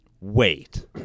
Wait